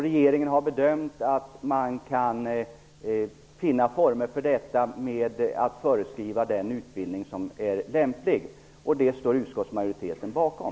Regeringen har bedömt att man kan finna former för att föreskriva den utbildning som är lämplig. Det står utskottsmajoriteten bakom.